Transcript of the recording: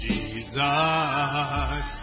Jesus